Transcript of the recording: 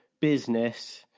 business